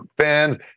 fans